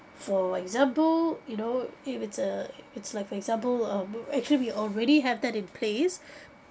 for example you know if it's a it's like for example um actually we already have that in place